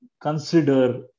consider